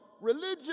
religion